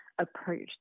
approach